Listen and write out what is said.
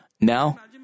Now